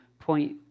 Point